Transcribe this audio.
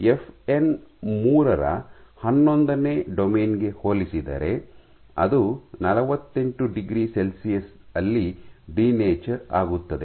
FN ಮೂರರ ಹನ್ನೊಂದನೇ domain ಗೆ ಹೋಲಿಸಿದರೆ ಅದು ನಲವತ್ತೆಂಟು ಡಿಗ್ರಿ ಸೆಲ್ಸಿಯಸ್ ಅಲ್ಲಿ ಡಿನ್ಯಾಚರ್ ಆಗುತ್ತದೆ